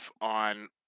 on